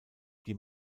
die